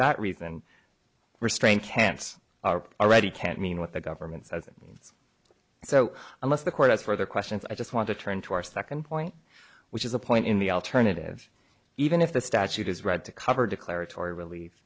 that reason restraint camps are already can't mean what the government says it so unless the court has further questions i just want to turn to our second point which is a point in the alternative even if the statute is read to cover declaratory rel